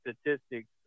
statistics